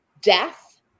death